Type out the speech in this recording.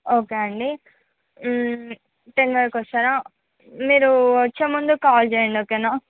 ఒకే అండి టెన్కి వస్తారా మీరు వచ్చే ముందు కాల్ చెయ్యండి ఒకేనా